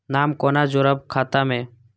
नाम कोना जोरब खाता मे